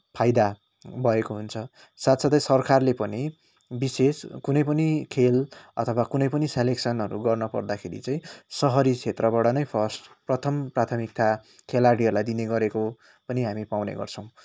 फाइदा भएको हुन्छ साथसाथै सरकारले पनि विशेष कुनै पनि खेल अथवा कुनै पनि सेलेक्सनहरू गर्न पर्दाखेरी चाहिँ सहरी क्षेत्रबाट नै फर्स्ट प्रथम प्राथमिकता खेलाडीहरूलाई दिने गरेको पनि हामी पाउने गर्छौँ